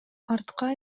артка